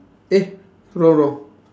eh wrong wrong